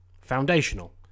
foundational